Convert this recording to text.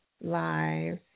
live